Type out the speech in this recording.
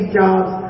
jobs